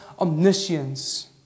omniscience